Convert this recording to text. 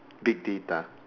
big data